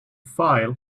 file